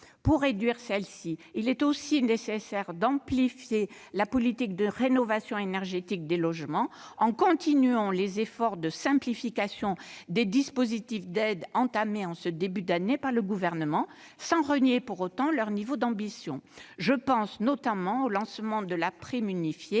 Pour réduire celle-ci, il est aussi nécessaire d'amplifier la politique de rénovation énergétique des logements en continuant les efforts de simplification des dispositifs d'aides entamés en ce début d'année par le Gouvernement, sans renier pour autant leur niveau d'ambition. Je pense notamment au lancement de la prime unifiée